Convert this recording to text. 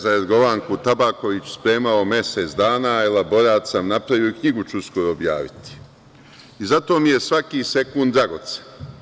Za Jorgovanku Tabaković sam se spremao mesec dana, elaborat sa napravio, knjigu ću uskoro objaviti i zato mi je svaki sekund dragocen.